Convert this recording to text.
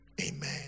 Amen